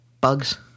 Bugs